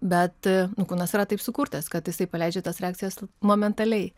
bet nu kūnas yra taip sukurtas kad jisai paleidžia tas reakcijas momentaliai